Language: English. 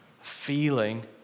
feeling